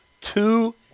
two